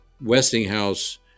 Westinghouse